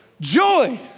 Joy